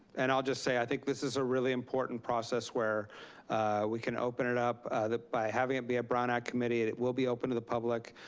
and i'll just say i think this is a really important process where we can open it up, by by having it be a brown act committee it it will be open to the public.